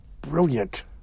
brilliant